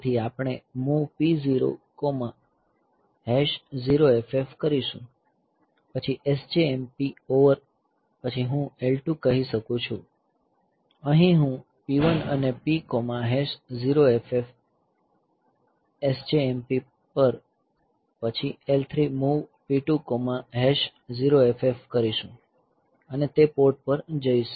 તેથી આપણે MOV P00FF H કરીશું પછી SJMP ઓવર પછી હું L2 કહી શકું છું અહીં હું P1 અને P 0FF H SJMP પર પછી L3 MOV P2 0FF H કરીશું અને તે પોર્ટ પર જઈશ